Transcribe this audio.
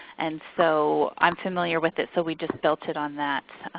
and so i'm familiar with it so we just built it on that.